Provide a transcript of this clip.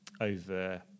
over